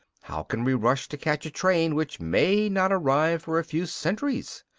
how can we rush to catch a train which may not arrive for a few centuries?